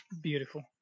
beautiful